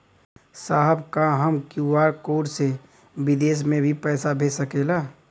साहब का हम क्यू.आर कोड से बिदेश में भी पैसा भेज सकेला?